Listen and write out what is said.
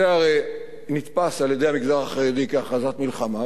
זה הרי נתפס על-ידי המגזר החרדי כהכרזת מלחמה,